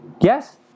Yes